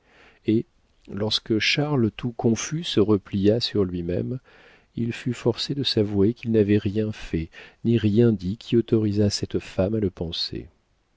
et lorsque charles tout confus se replia sur lui-même il fut forcé de s'avouer qu'il n'avait rien fait ni rien dit qui autorisât cette femme à le